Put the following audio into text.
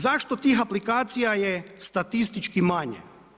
Zašto tih aplikacija je statistički manje?